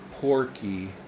porky